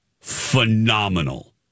phenomenal